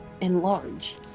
Enlarge